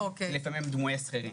לפעמים דמויי שכירים.